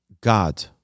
God